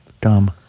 dumb